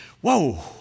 whoa